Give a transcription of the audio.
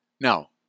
Now